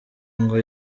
ngo